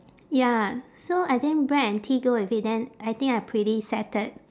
ya so I think bread and tea go with it then I think I pretty settled